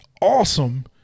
awesome